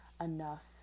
enough